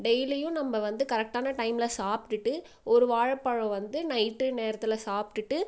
டெய்லியும் நம்ம வந்து கரெக்ட்டான டைமில் சாப்பிடுட்டு ஒரு வாழைப்பழம் வந்து நைட் நேரத்தில் சாப்பிடுட்டு